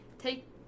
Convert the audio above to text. Take